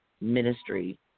ministry